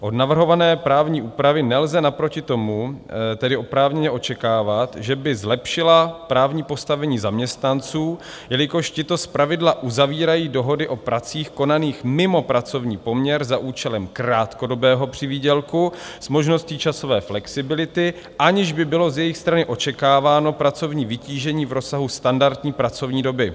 Od navrhované právní úpravy nelze naproti tomu tedy oprávněně očekávat, že by zlepšila právní postavení zaměstnanců, jelikož tito zpravidla uzavírají dohody o pracích konaných mimo pracovní poměr za účelem krátkodobého přivýdělku s možností časové flexibility, aniž by bylo z jejich strany očekáváno pracovní vytížení v rozsahu standardní pracovní doby.